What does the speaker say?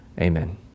Amen